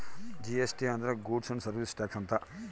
GST ಅಂದ್ರ goods and service tax ಅಂತ